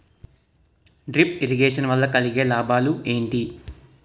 Drip irrigation వల్ల కలిగే లాభాలు ఏంటి?